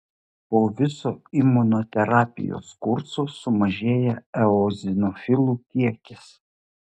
po viso imunoterapijos kurso sumažėja eozinofilų kiekis